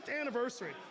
anniversary